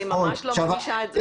אני ממש לא מרגישה את זה,